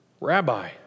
Rabbi